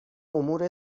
امور